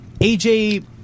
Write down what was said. AJ